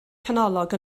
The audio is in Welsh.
canolog